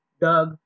Doug